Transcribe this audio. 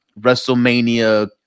WrestleMania